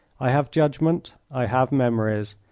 i have judgment, i have memories,